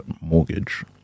mortgage